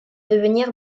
devenir